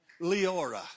Leora